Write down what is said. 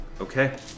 Okay